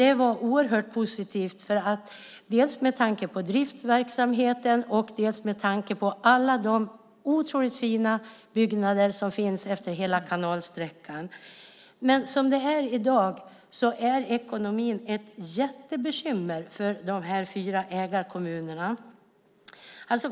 Det var oerhört positivt dels med tanke på driftsverksamheten, dels med tanke på alla de otroligt fina byggnader som finns efter hela kanalsträckan. I dag är ekonomin ett jättebekymmer för de fyra ägarkommunerna.